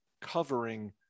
covering